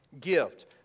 gift